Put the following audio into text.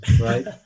right